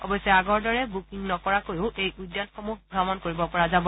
অৱশ্যে আগৰ দৰে বুকিং নকৰাকৈও এই উদ্যানসমূহ ভ্ৰমণ কৰিব পৰা যাব